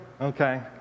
Okay